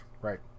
Right